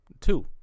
Two